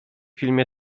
filmie